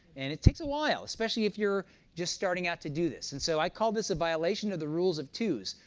and it takes awhile, especially if you're just starting out to do this. and so i called this a violation of the rules of toos,